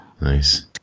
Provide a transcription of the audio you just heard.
Nice